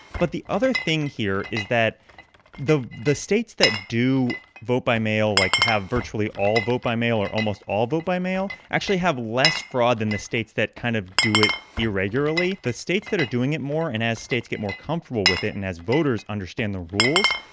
but the other thing here is that the the states that do vote by mail, like, have virtually all vote by mail or almost all vote by mail actually have less fraud than the states that kind of do it irregularly. the states that are doing it more and as states get more comfortable with it and as voters understand the rules,